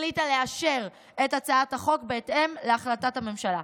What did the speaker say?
החליטה לאשר את הצעת החוק בהתאם להחלטת הממשלה.